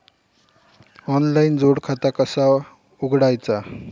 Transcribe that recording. Online जोड खाता कसा उघडायचा?